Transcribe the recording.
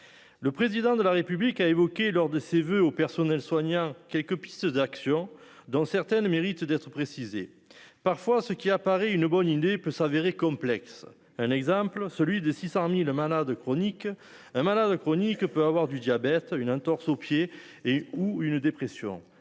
Le président de la République a évoqué lors de ses voeux au personnel soignant quelques pistes d'action. Dans certaines mérite d'être précisée, parfois ce qui à Paris une bonne idée peut s'avérer complexe. Un exemple, celui de 600.000 malade chronique, un malade chronique peut avoir du diabète une entorse au pied et ou une dépression.